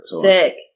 Sick